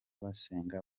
basenga